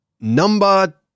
number